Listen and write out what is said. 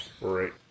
Right